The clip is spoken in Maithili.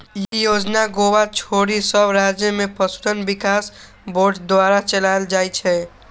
ई योजना गोवा छोड़ि सब राज्य मे पशुधन विकास बोर्ड द्वारा चलाएल जाइ छै